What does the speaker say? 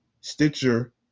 Stitcher